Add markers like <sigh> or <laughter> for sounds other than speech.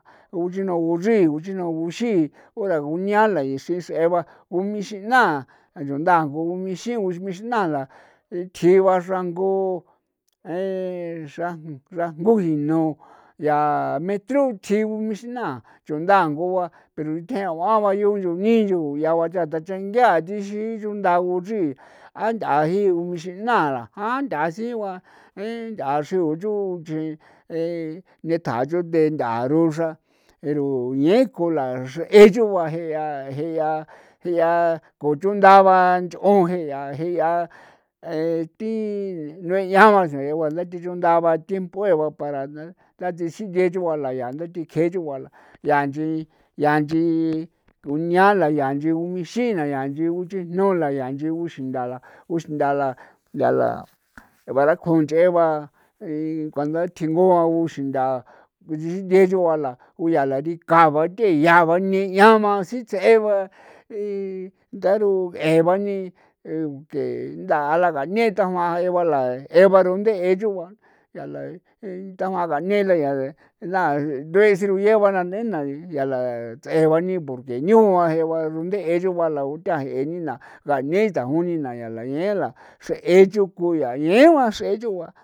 Uxinu guchrii uxinu guxii ora guñiala ixin s'eeba g <hesitation> ixin naa yundajo unixin <hesitation> ixmala dikji ba xrangu <hesitation> xran gujinu yaa metru chig <hesitation> ixina chunda nguba pero ithjeo <unintelligible> yu yu nii yu yagua tachan ngia ti xi chunda guchri a nthja jii g <hesitation> ixina ndala a nthaa sigua mee nthaa xio yu chri de detjaa yo de nthaa roxra pero ñeko laxree yugua je'ia je'ia je'ia kochunda ba nch'on je'ia je'ia <hesitation> thi nue'ian ba sino jee ba thi chunda'a ba tiempoe ba para ndachi xingee nch'on la yaa nda thicje chugua la yaa nchi ya nchi kunia la yaa nchi g <hesitation> ixin naa yaa nchi guchijnola yaa nchi guxindala uxndala ndala <noise> para kunch'e ba <hesitation> cuando a thingon ba guxindaa <unintelligible> ku yaa la ba dikaa ba the'ia ba ne'ian ma si'ts'e ba y ndaro eba ni ke ndaa la ga nee tajuan ee ba la eba runde' e yugua aa la ndajuan nganee la yage na sirue' siayee ba nee'na ya la ts'eba ni porque ñua jee ba xruunde'e chu bala kuthea je'e nena ngaa neis ndajuni ya la 'ien la xree nch'on kuyaa ñegua xree chu ba.